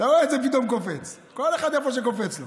אתה רואה את זה פתאום קופץ, כל אחד איפה שקופץ לו.